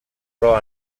pro